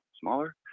smaller